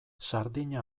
sardina